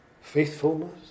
Faithfulness